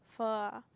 Pho ah